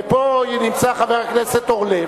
נמצא פה חבר הכנסת אורלב,